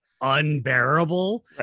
unbearable